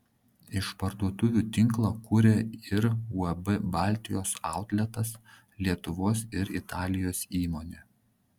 išparduotuvių tinklą kuria ir uab baltijos autletas lietuvos ir italijos įmonė